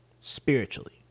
spiritually